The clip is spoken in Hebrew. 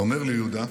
ואומר לי יהודה,